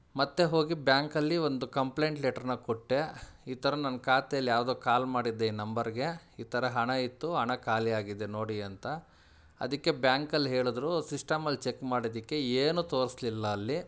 ಮತ್ತು ಹೋಗಿ ಬ್ಯಾಂಕಲ್ಲಿ ಒಂದು ಕಂಪ್ಲೇಂಟ್ ಲೆಟರನ್ನ ಕೊಟ್ಟೆ ಈ ಥರ ನನ್ನ ಖಾತೆಯಲ್ ಯಾವುದೋ ಕಾಲ್ ಮಾಡಿದ್ದೆ ಈ ನಂಬರಿಗೆ ಈ ಥರ ಹಣ ಇತ್ತು ಹಣ ಖಾಲಿ ಆಗಿದೆ ನೋಡಿ ಅಂತ ಅದಕ್ಕೆ ಬ್ಯಾಂಕಲ್ಲಿ ಹೇಳಿದ್ರು ಸಿಸ್ಟಮಲ್ಲಿ ಚೆಕ್ ಮಾಡಿದಕ್ಕೆ ಏನು ತೋರಿಸ್ಲಿಲ್ಲ ಅಲ್ಲಿ